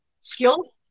skills